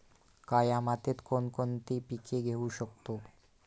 काळ्या मातीत कोणकोणती पिके घेऊ शकतो?